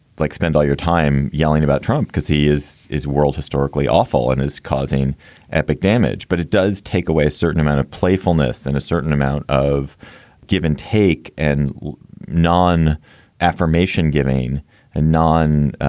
like spend all your time yelling about trump because he is. is world historically awful and is causing epic damage, but it does take away a certain amount of playfulness and a certain amount of give and take and non affirmation giving a non